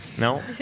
No